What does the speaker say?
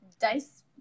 dice